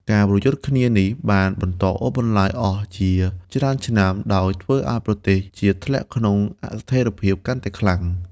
ការប្រយុទ្ធគ្នានេះបានបន្តអូសបន្លាយអស់ជាច្រើនឆ្នាំ ដោយធ្វើឱ្យប្រទេសជាតិធ្លាក់ក្នុងអស្ថិរភាពកាន់តែខ្លាំង។